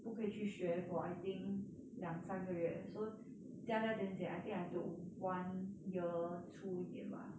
不可以去学 for I think 两三个月 so 加加减减 I think I took one year 出一点吧